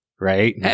Right